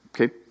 Okay